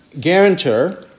guarantor